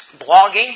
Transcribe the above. Blogging